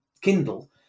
Kindle